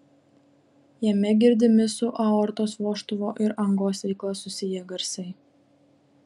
jame girdimi su aortos vožtuvo ir angos veikla susiję garsai